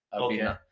okay